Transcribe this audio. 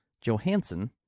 Johansson